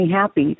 happy